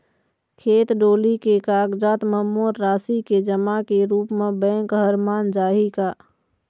खेत डोली के कागजात म मोर राशि के जमा के रूप म बैंक हर मान जाही का?